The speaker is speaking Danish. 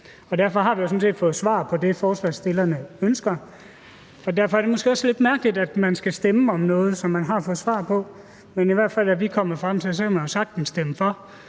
vi jo sådan set fået svar på det, forslagsstillerne ønsker, og derfor er det måske også lidt mærkeligt, at man skal stemme om noget, som man har fået svar på, men i hvert fald er vi kommet frem til, at man jo